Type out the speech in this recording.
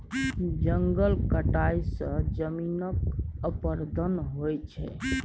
जंगलक कटाई सँ जमीनक अपरदन होइ छै